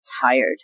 tired